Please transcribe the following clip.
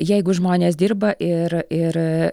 jeigu žmonės dirba ir ir